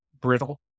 brittle